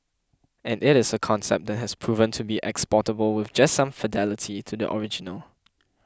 and it is a concept that has proven to be exportable with just some fidelity to the original